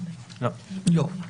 לא.